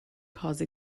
cause